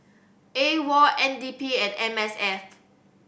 AWOL N D P and M S F